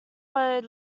were